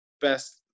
best